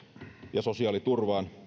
ja sosiaaliturvaan